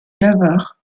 navarre